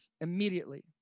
immediately